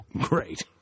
great